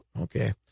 Okay